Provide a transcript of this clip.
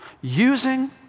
Using